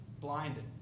blinded